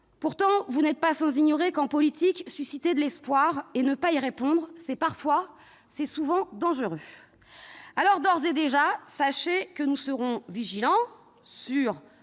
Pourtant, vous n'êtes pas sans savoir qu'en politique susciter de l'espoir et ne pas y répondre est souvent dangereux. Alors d'ores et déjà, sachez que nous serons vigilants sur